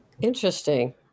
Interesting